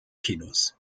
kinos